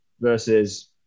Versus